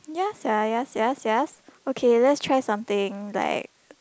ya sia ya sia yes yes okay let's try something like